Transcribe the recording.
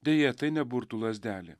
deja tai ne burtų lazdelė